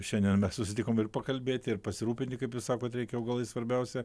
šiandien mes susitikom ir pakalbėti ir pasirūpinti kaip jūs sakot reikia augailai svarbiausia